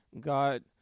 God